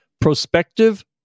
Prospective